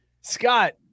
Scott